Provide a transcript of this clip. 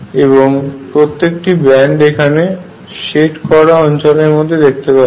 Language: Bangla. এবং প্রত্যেকটি ব্যান্ড এখানে শেড করা অঞ্চলের মধ্যে দেখতে পারছেন